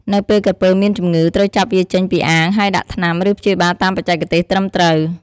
នៅពេលក្រពើមានជំងឺ ត្រូវចាប់វាចេញពីអាង ហើយដាក់ថ្នាំ ឬព្យាបាលតាមបច្ចេកទេសត្រឹមត្រូវ។